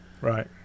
right